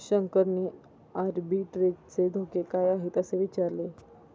शंकरने आर्बिट्रेजचे धोके काय आहेत, असे विचारले